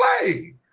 play